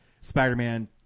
Spider-Man